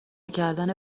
کردن